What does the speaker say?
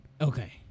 okay